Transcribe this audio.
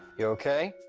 you okay?